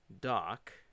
doc